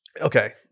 okay